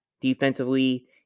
defensively